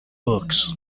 books